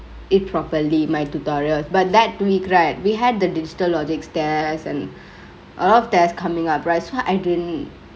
it properly my tutorials but that week right we had the digital logics test and alot of test comingk up right so I didn't